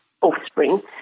offspring